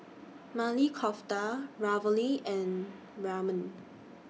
Maili Kofta Ravioli and Ramen